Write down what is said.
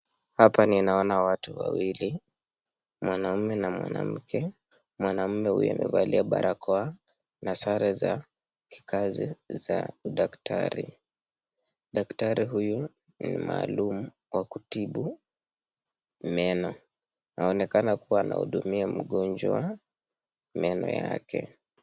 Hapa ninaona watu wawili, mwanaume na mwanamke. Mwanaume huyu amevalia barakoa na sare za kikazi za daktari. Daktari huyu ni maalum kwa kutibu meno, anaonekana kuwa anahudumia mgonjwa meno yake.